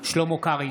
שלמה קרעי,